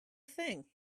thing